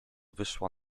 wyszła